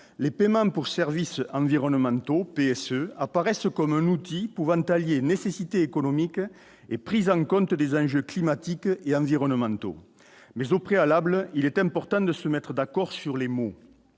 les paiements pour services environnementaux PSE apparaissent comme un outil pouvant nécessité économique et prise en compte des enjeux climatiques et environnementaux mais au préalable, il est important de se mettre d'accord sur les mots,